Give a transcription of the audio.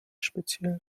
speziell